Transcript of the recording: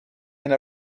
and